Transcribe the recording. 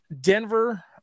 Denver